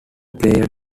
player